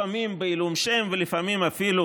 לפעמים בעילום שם ולפעמים אפילו